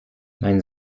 mein